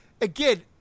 Again